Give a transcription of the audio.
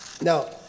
Now